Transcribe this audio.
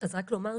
דבריי.